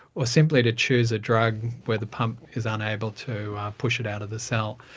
or simply to choose a drug where the pump is unable to push it out of the cell.